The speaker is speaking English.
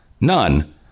none